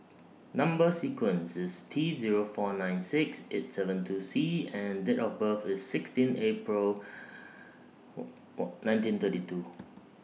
Number sequence IS T Zero four nine six eight seven two C and Date of birth IS sixteen April nineteen thirty two